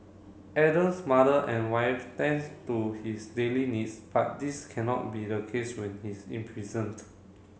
Adam's mother and wife tends to his daily needs but this cannot be the case when he is imprisoned